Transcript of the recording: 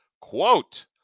quote